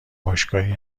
باشگاهی